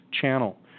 channel